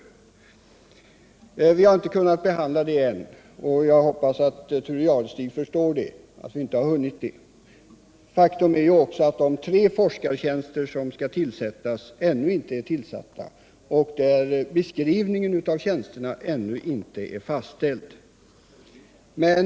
Men frågan om styrinstrumenten har vi ännu inte kunnat behandla, och jag hoppas att Thure Jadestig har förståelse för att vi inte har hunnit det. Faktum är ju också att de tre forskartjänster som skall tillsättas ännu inte är tillsatta, och beskrivningen av tjänsterna är heller inte fastställd ännu.